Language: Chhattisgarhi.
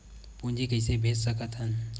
पूंजी कइसे भेज सकत हन?